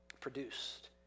produced